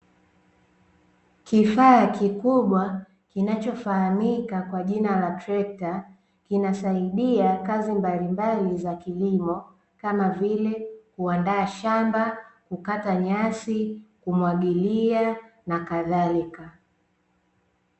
Kifaa kikubwa kinachofahamika kwa jina la trekta kinasaidia kazi mbalimbali za kilimo kama vile kuandaa shamba, kukata nyasi, kumwagilia, na kadhalika.